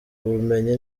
ubumenyi